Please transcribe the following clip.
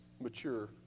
mature